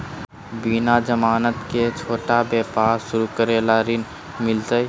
बिना जमानत के, छोटा व्यवसाय शुरू करे ला ऋण मिलतई?